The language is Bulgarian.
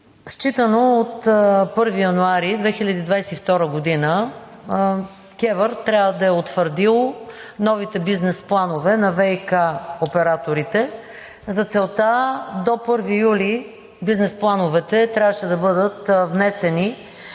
Считано от 1 януари 2022 г. КЕВР трябва да е утвърдила новите бизнес планове на ВиК операторите. За целта до 1 юли 2021 г. бизнес плановете трябваше да бъдат внесени